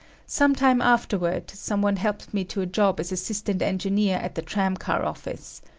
some time afterward, some one helped me to a job as assistant engineer at the tram car office.